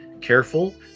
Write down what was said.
careful